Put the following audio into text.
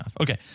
Okay